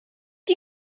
die